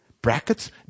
Brackets